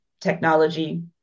technology